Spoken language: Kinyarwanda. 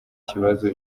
kibazo